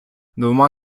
двома